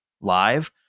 live